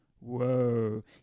whoa